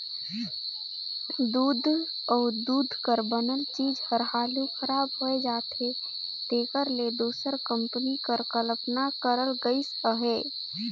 दूद अउ दूद कर बनल चीज हर हालु खराब होए जाथे तेकर ले दूध कंपनी कर कल्पना करल गइस अहे